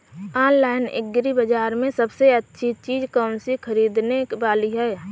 Online agri बाजार में सबसे अच्छी चीज कौन सी ख़रीदने वाली है?